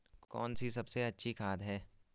कौन सी सबसे अच्छी खाद है?